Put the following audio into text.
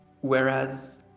whereas